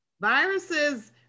Viruses